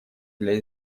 для